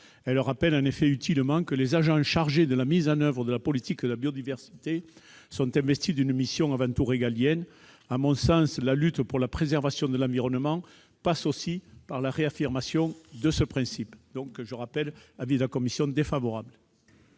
Elle rappelle utilement que les agents chargés de la mise en oeuvre de la politique de la biodiversité sont investis d'une mission avant tout régalienne. À mon sens, la lutte pour la préservation de l'environnement passe aussi par la réaffirmation de ce principe. Quel est l'avis du Gouvernement